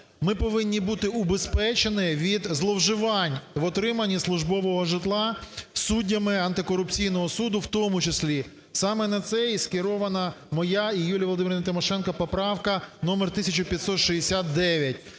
ми повинні бути убезпечені від зловживань в отриманні службового житла суддями антикорупційного суду в тому числі. Саме на це і скерована моя і Юлії Володимирівни Тимошенко поправка номер 1569,